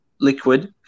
liquid